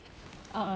awak buat daging